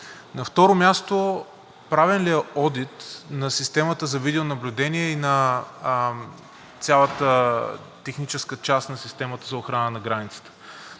На второ място, правен ли е одит на системата за видеонаблюдение и на цялата техническа част на системата за охрана на границата?